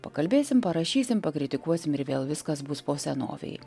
pakalbėsim parašysim pakritikuosim ir vėl viskas bus po senovei